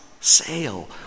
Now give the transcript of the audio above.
sail